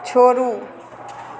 छोड़ू